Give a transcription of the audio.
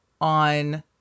on